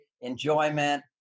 enjoyment